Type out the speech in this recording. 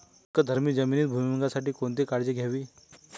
अल्कधर्मी जमिनीत भुईमूगासाठी कोणती काळजी घ्यावी?